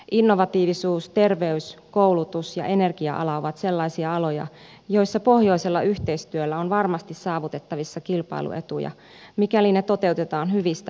innovatiivisuus terveys koulutus ja energia ala ovat sellaisia aloja joissa pohjoisella yhteistyöllä on varmasti saavutettavissa kilpailuetuja mikäli ne toteutetaan hyvistä lähtökohdista